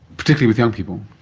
particularly with young people.